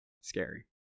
scary